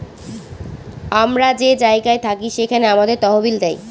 আমরা যে জায়গায় থাকি সেখানে আমাদের তহবিল দেয়